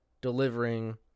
delivering